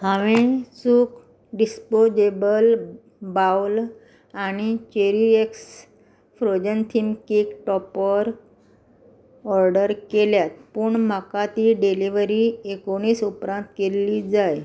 हांवें चूक disposable bowl आनी cherry ex frozen thin cake topper order केल्यात पूण म्हाका ती डिलिव्हरी एकुणीस उपरांत केल्ली जाय